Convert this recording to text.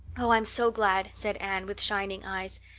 oh, i'm so glad, said anne, with shining eyes.